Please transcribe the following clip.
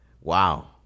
Wow